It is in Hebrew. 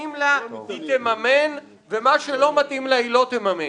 שמתאים לה היא תממן ומה שלא מתאים לה היא לא תממן.